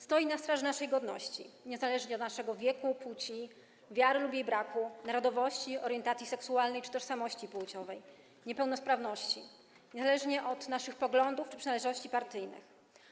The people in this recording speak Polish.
Stoi na straży naszej godności, niezależnie od naszego wieku, płci, wiary lub jej braku, narodowości, orientacji seksualnej czy tożsamości płciowej, niepełnosprawności, niezależnie od naszych poglądów czy przynależności partyjnych.